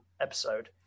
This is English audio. episode